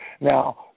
Now